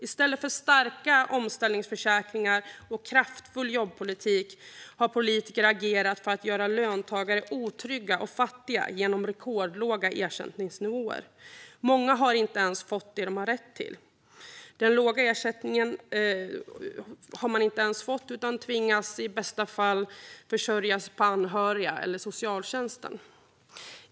I stället för starka omställningsförsäkringar och kraftfull jobbpolitik har politiker agerat för att göra löntagare otrygga och fattiga genom rekordlåga ersättningsnivåer. Många har inte ens fått den låga ersättning de har rätt till utan tvingas i bästa fall att försörjas av anhöriga eller socialtjänsten.